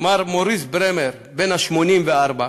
מר מוריס ברמר בן ה-84,